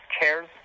chairs